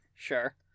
Sure